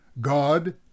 God